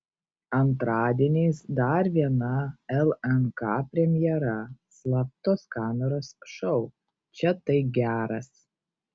antradieniais dar viena lnk premjera slaptos kameros šou čia tai geras